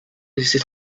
laisser